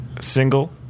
single